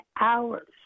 hours